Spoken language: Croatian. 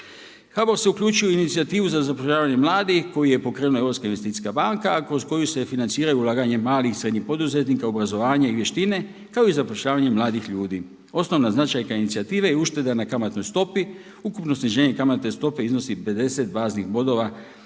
HBOR se uključuje u inicijativu za zapošljavanje mladih koji je pokrenula Europska investicijska banka, a kroz koju se financira i ulaganje malih i srednjih poduzetnika, obrazovanje i vještine kao i zapošljavanje mladih ljudi. Osnovna značajka inicijative je ušteda na kamatnoj stopi. Ukupno sniženje kamatne stope iznosi 50 baznih bodova,